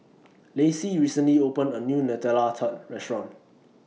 Lacie recently opened A New Nutella Tart Restaurant